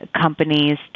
companies